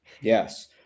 Yes